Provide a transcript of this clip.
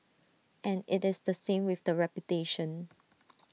and IT is the same with the reputation